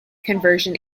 conversion